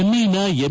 ಜೆನ್ನೈನ M